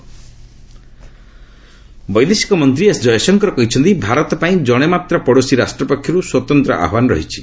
କ୍ଷଣ୍ୟଶଙ୍କର ବୈଦେଶିକ ମନ୍ତ୍ରୀ ଏସ୍ ଜୟଶଙ୍କର କହିଛନ୍ତି ଭାରତ ପାଇଁ ଜଣେ ମାତ୍ରେ ପଡ଼ୋଶୀ ରାଷ୍ଟ୍ର ପକ୍ଷରୁ ସ୍ୱତନ୍ତ୍ର ଆହ୍ୱାନ ରହିଛି